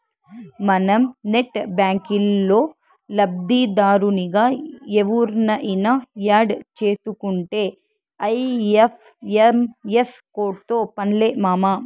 మనం నెట్ బ్యాంకిల్లో లబ్దిదారునిగా ఎవుర్నయిన యాడ్ సేసుకుంటే ఐ.ఎఫ్.ఎం.ఎస్ కోడ్తో పన్లే మామా